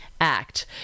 Act